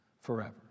forever